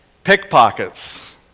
Pickpockets